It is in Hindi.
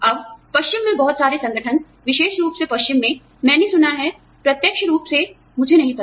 अब पश्चिम में बहुत सारे संगठन विशेष रूप से पश्चिम में मैंने सुना है प्रत्यक्ष रूप से मुझे नहीं पता